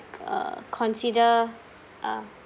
uh consider uh